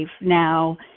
now